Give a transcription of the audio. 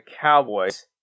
Cowboys